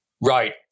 Right